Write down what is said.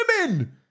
women